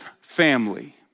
family